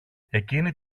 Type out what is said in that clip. εκείνη